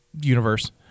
universe